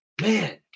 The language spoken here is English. man